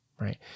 right